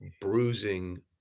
bruising